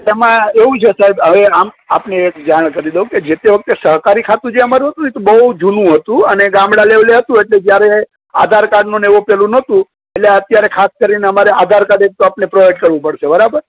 એમાં એવું છે સાહેબ હવે આમ આપને એક જાણ કરી દઉં કે જે તે વખતે સહકારી ખાતું જે અમારું હતું એ તો બહુ જૂનું હતું અને ગામડા લેવલે હતું એટલે જ્યારે આધાર કાર્ડનું ને એવું પેલું નહોતું એટલે અત્યારે ખાસ કરીને અમારે આધાર કાર્ડ એક તો આપને પ્રોવાઇડ કરવું પડશે બરાબર